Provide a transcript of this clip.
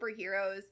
superheroes